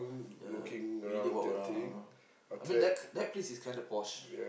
ya we did walk around I mean that that place is kind of posh